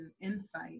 insight